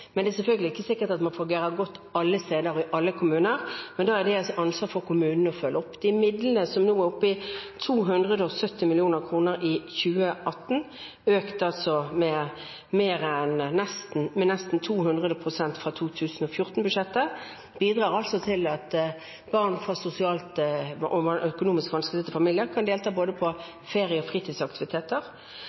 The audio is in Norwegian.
men det er selvfølgelig ikke sikkert at det fungerer godt alle steder og i alle kommuner, men kommunene har et ansvar for å følge det opp. Disse midlene, som i 2018 er oppe i 270 mill. kr, og som har økt med nesten 200 pst. fra 2014-budsjettet, bidrar til at barn fra økonomisk vanskeligstilte familier kan delta i både ferie- og fritidsaktiviteter.